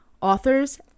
authors